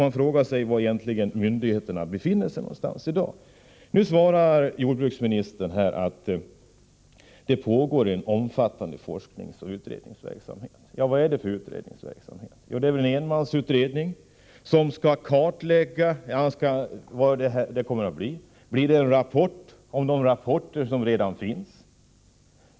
Jag frågar mig var myndigheterna egentligen befinner sig i dag. Jordbruksministern svarar att det pågår en omfattande forskningsoch utredningsverksamhet. Vad är då det för utredningsverksamhet? Jo, det är en enmansutredning som skall kartlägga frågan. Blir det en rapport om de rapporter som redan finns?